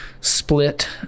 split